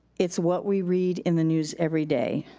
it's what we read in the news every day.